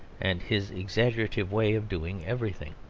and his exaggerative way of doing everything.